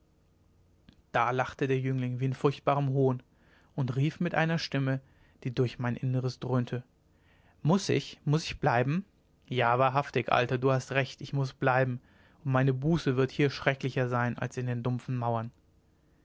da lachte der jüngling wie in furchtbarem hohn und rief mit einer stimme die durch mein innres dröhnte muß ich muß ich bleiben ja wahrhaftig alter du hast recht ich muß bleiben und meine buße wird hier schrecklicher sein als in den dumpfen mauern